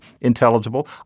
intelligible